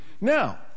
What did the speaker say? Now